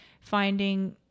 finding